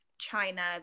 China